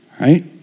right